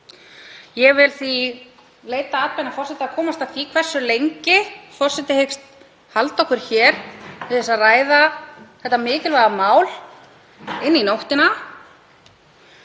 Ég vil því leita atbeina forseta til að komast að því hversu lengi forseti hyggst halda okkur hér til að ræða þetta mikilvæga mál inn í nóttina.